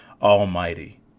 Almighty